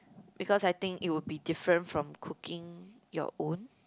because I think it would be different from cooking your own